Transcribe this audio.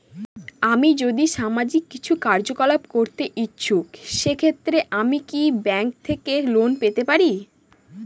আমি যদি সামাজিক কিছু কার্যকলাপ করতে ইচ্ছুক সেক্ষেত্রে আমি কি ব্যাংক থেকে লোন পেতে পারি?